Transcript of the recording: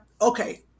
okay